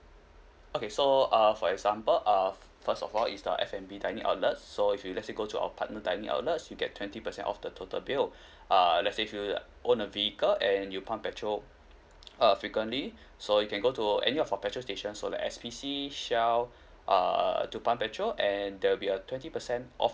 okay so uh for example err first of all is the F&B dining outlet so if you let say go to our partner dining outlets you get twenty percent off the total bill err let say if you own a vehicle and you pump petrol uh frequently so you can go to any of our petrol station so like S_P_C Shell err to pump petrol and there will be a twenty percent off